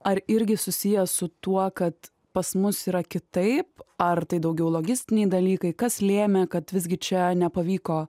ar irgi susiję su tuo kad pas mus yra kitaip ar tai daugiau logistiniai dalykai kas lėmė kad visgi čia nepavyko